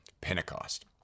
Pentecost